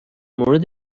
مورد